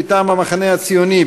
מטעם סיעת המחנה הציוני,